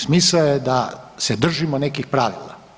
Smisao je da se držimo nekih pravila.